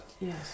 Yes